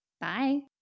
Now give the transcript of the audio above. Bye